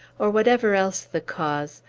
or whatever else the cause,